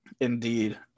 indeed